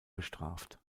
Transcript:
bestraft